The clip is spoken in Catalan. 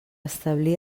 establir